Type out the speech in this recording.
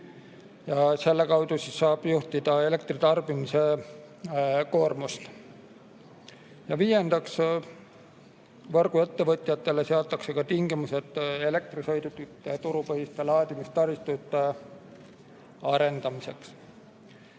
Selle kaudu saab juhtida elektritarbimise koormust. Viiendaks, võrguettevõtjatele seatakse ka tingimused elektrisõidukite turupõhiste laadimistaristute arendamiseks.